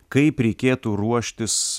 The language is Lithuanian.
kaip reikėtų ruoštis